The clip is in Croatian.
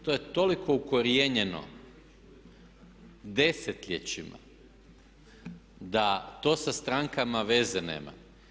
To je toliko ukorijenjeno desetljećima da to sa strankama veze nema.